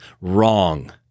Wrong